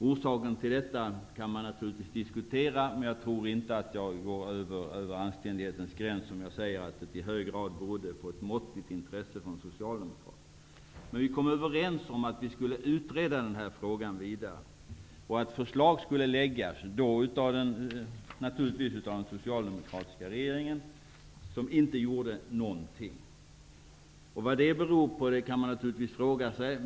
Orsakerna till detta kan naturligtvis diskuteras. Jag tror inte att jag överskrider gränsen för vad som är anständigt om jag säger att det i hög grad berodde på det måttliga intresse som fanns hos Socialdemokraterna. Vi kom i varje fall överens om att frågan skulle utredas vidare och att förslag skulle läggas fram av den socialdemokratiska regeringen. Men Socialdemokraterna gjorde inte någonting. Vad det beror på kan man naturligtvis fråga sig.